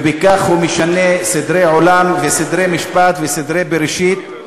ובכך הוא משנה סדרי עולם, סדרי משפט וסדרי בראשית.